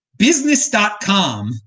Business.com